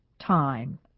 time